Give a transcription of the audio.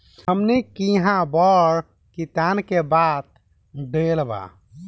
हमनी किहा बड़ किसान के बात ढेर बा